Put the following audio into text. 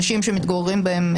אנשים שמתגוררים בהם,